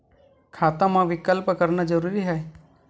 खाता मा विकल्प करना जरूरी है?